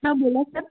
हां बोला सर